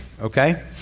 Okay